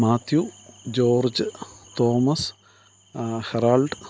Mathew George Thomas Harald